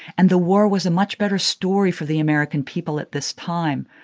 and the war was a much better story for the american people at this time.